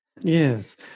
Yes